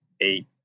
eight